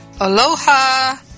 Aloha